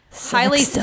highly